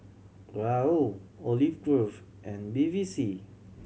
Raoul Olive Grove and Bevy C